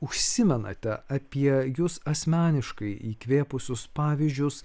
užsimenate apie jus asmeniškai įkvėpusius pavyzdžius